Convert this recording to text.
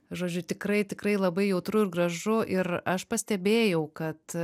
žodžiu tikrai tikrai labai jautru ir gražu ir aš pastebėjau kad